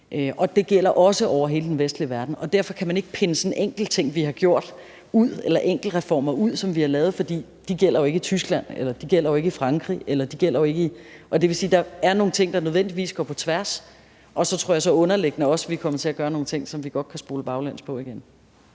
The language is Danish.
Det gælder også i hele den vestlige verden. Derfor kan man ikke pinde en enkelt ting ud, som vi har gjort tidligere, eller tage enkelte reformer ud, som vi har lavet, for de gælder jo ikke i Tyskland eller Frankrig. Det vil sige, at der er nogle ting, der nødvendigvis går på tværs. Og så tror jeg også, at vi er kommet til at gøre nogle ting, som vi godt kan spole baglæns. Kl.